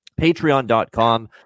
Patreon.com